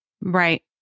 Right